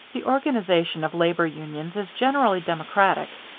the organization of labor unions is generally democratic.